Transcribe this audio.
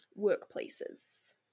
workplaces